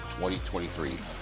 2023